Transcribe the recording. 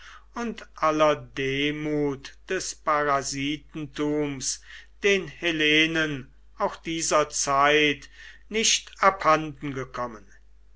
und aller demut des parasitenrums den hellenen auch dieser zeit nicht abhanden gekommen